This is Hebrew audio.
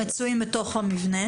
המצויים בתוך המבנה